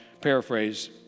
paraphrase